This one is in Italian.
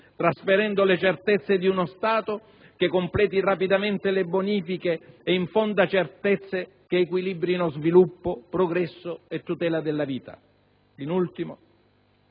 trasferendo le certezze di uno Stato che completi rapidamente le bonifiche e infonda certezze che equilibrino sviluppo, progresso e tutela della vita. In ultimo,